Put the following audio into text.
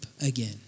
again